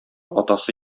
атасы